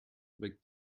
but